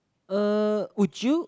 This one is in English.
uh would you